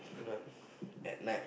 not at night